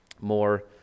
more